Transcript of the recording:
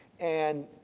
and,